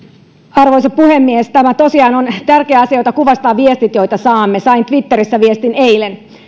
arvoisa puhemies tämä tosiaan on tärkeä asia jota kuvastavat viestit joita saamme sain twitterissä viestin eilen